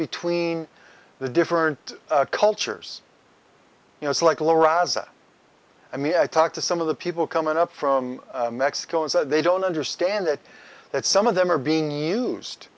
between the different cultures you know so like la raza i mean i talk to some of the people coming up from mexico and they don't understand that that some of them are being used